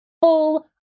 Full